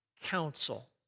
counsel